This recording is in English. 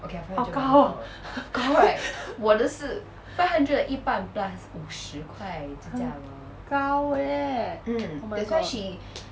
oh 高 高 eh oh my god